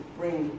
bring